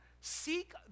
seek